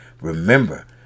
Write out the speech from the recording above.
remember